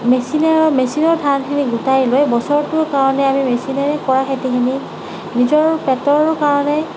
মেচিনে মেচিনৰ ধানখিনি গোটাই লৈ বছৰটোৰ কাৰণে আমি মেচিনেৰে কৰা খেতিখিনি নিজৰ পেটৰ কাৰণে